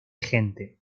gente